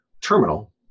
terminal